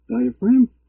Diaphragm